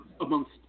amongst